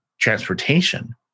Transportation